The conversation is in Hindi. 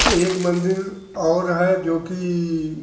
एक मंदिर और है जो कि